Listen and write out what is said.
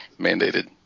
mandated